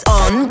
on